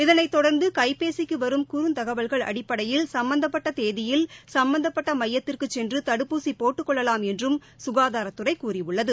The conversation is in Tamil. இதனைத் தொடர்ந்து கைபேசிக்கு வரும் குறுந்தகவல்கள் அடிப்படையில் சும்பந்தப்பட்ட தேதியில் சுப்பந்தப்பட்ட மையத்திற்குச் சென்று தடுப்பூசி போட்டுக் கொள்ளவாம் என்றும் ககாதாரத்துறை கூறியுள்ளது